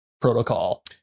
protocol